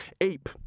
Ape